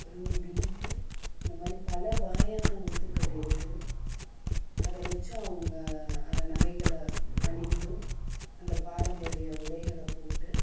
ரூபின்ட்டு இந்தமாதிரி பல வகையான முத்துக்கள் இருக்குது அத வச்சும் அவங்க அந்த நகைகளை அணிந்தும் அந்த பாரம்பரிய உடைகளை போட்டு